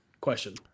Question